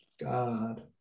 God